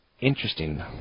Interesting